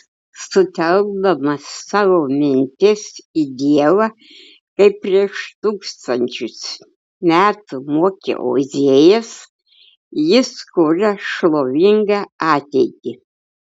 sutelkdamas savo mintis į dievą kaip prieš tūkstančius metų mokė ozėjas jis kuria šlovingą ateitį